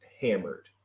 hammered